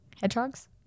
Hedgehogs